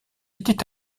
était